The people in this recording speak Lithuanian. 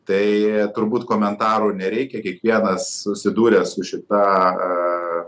tai turbūt komentarų nereikia kiekvienas susidūręs su šita